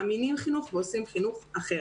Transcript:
מאמינים חינוך ועושים חינוך אחר.